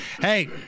hey